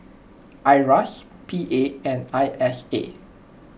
Iras P A and I S A